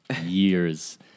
years